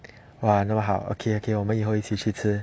!wah! 那么好 okay okay 我们以后一起去吃